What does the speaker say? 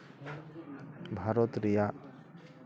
ᱵᱷᱟᱨᱚᱛ ᱨᱮᱭᱟᱜ